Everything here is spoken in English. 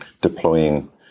deploying